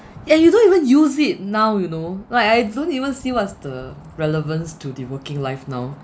and you don't even use it now you know like I don't even see what's the relevance to the working life now